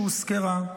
שהוזכרה.